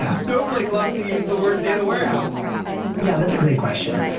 and snowflake loves to use the word data warehouse yeah, that's a great question.